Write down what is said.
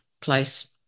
place